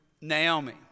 Naomi